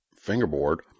fingerboard